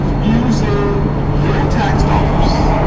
using your tax dollars,